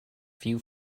few